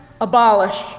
abolish